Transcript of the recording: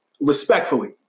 respectfully